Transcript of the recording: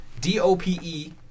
D-O-P-E